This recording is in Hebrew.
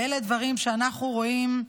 ואלה דברים שאנחנו רואים,